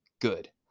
good